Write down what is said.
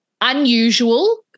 unusual